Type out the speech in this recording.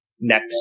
next